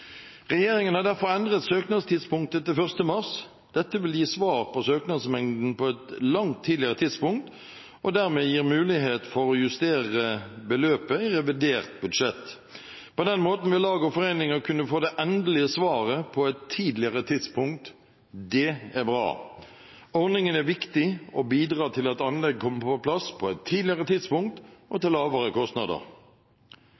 Regjeringen har derfor endret søknadstidspunktet til 1. mars. Dette vil gi svar på søknadsmengden på et langt tidligere tidspunkt og dermed gi mulighet for å justere beløpet i revidert budsjett. På den måten vil lag og foreninger kunne få det endelige svaret på et tidligere tidspunkt. Det er bra. Ordningen er viktig og bidrar til at anlegg kommer på plass på et tidligere tidspunkt og til lavere kostnader.